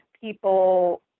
people